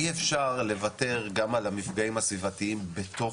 אי אפשר לוותר גם על המפגעים הסביבתיים בתוך